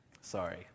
Sorry